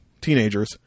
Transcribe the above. teenagers